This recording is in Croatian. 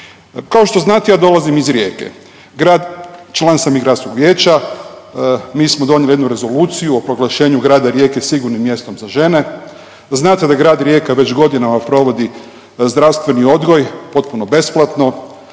Kao što znate ja dolazim iz Rijeke. Grad, član sam i gradskog vijeća. Mi smo donijeli jednu rezoluciju o proglašenju grada Rijeke sigurnim mjestom za žene. Znate da grad Rijeka već godinama provodi zdravstveni odgoj potpuno besplatno.